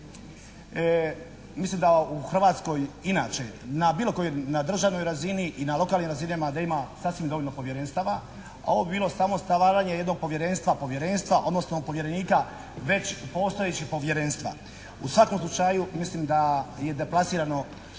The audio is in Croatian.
mislim da u Hrvatskoj inače na bilo kojoj, na državnoj razini i na lokalnim razinama da ima sasvim dovoljno povjerenstava a ovo bi bilo samo stvaranje jednog povjerenstva, odnosno povjerenika već postojećeg povjerenstva. U svakom slučaju mislim da je deplasirano